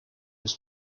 his